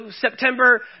September